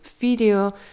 video